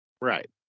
Right